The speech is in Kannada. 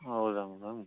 ಹೌದಾ ಮೇಡಮ್